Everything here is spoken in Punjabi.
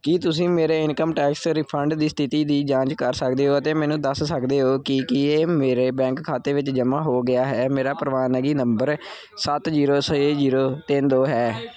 ਕੀ ਤੁਸੀਂ ਮੇਰੇ ਇਨਕਮ ਟੈਕਸ ਰਿਫੰਡ ਦੀ ਸਥਿਤੀ ਦੀ ਜਾਂਚ ਕਰ ਸਕਦੇ ਹੋ ਅਤੇ ਮੈਨੂੰ ਦੱਸ ਸਕਦੇ ਹੋ ਕਿ ਕੀ ਇਹ ਮੇਰੇ ਬੈਂਕ ਖਾਤੇ ਵਿੱਚ ਜਮ੍ਹਾਂ ਹੋ ਗਿਆ ਹੈ ਮੇਰਾ ਪ੍ਰਵਾਨਗੀ ਨੰਬਰ ਸੱਤ ਜ਼ੀਰੋ ਛੇ ਜ਼ੀਰੋ ਤਿੰਨ ਦੋ ਹੈ